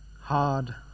Hard